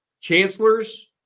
chancellors